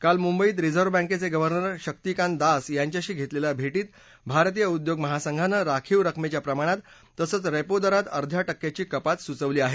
काल मुंबईत रिझर्व बँकेचे गव्हनर शक्तिकांत दास यांच्यांशी घेतलल्या भेटीत भारतीय उद्योग महांसघानं राखीव रकमेच्या प्रमाणात तसंच रेंपो दरात अध्या टक्क्याची कपात सुचवली आहे